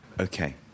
Okay